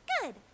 Good